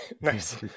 Nice